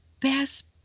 best